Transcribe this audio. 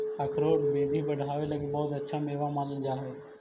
अखरोट बुद्धि बढ़ावे लगी बहुत अच्छा मेवा मानल जा हई